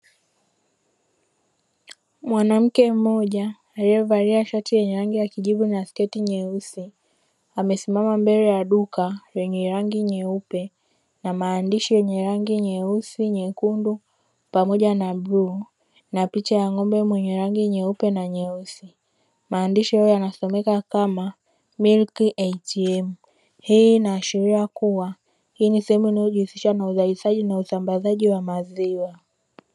Mwanamke mmoja aliyevalia shati lenye rangi ya kijivu na sketi nyeusi amesimama mbele ya duka lenye rangi nyeupe na maandishi yenye rangi nyeusi, nyekundu pamoja na bluu na picha ya ng'ombe mwenye rangi nyeupe na nyeusi. Maandishi hayo yanasomeka kama "MILK ATM", hii inaashiria kuwa hii sehemu inayojihusisha na uzalishaji na usambazaji wa maziwa.